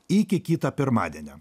iki kito pirmadienio